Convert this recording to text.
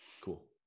cool